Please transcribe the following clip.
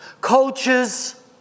coaches